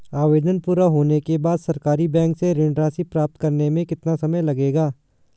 आवेदन पूरा होने के बाद सरकारी बैंक से ऋण राशि प्राप्त करने में कितना समय लगेगा?